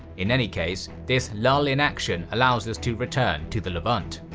in any case, this lull in action allows us to return to the levant.